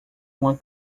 uma